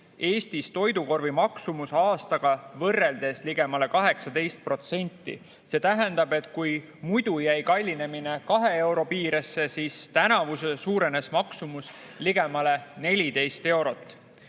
Eestis toidukorvi maksumus aastaga võrreldes ligemale 18%. See tähendab, et kui muidu jäi kallinemine kahe euro piiresse, siis tänavu suurenes maksumus ligemale 14 eurot.